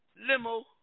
limo